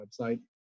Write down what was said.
website